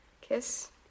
Kiss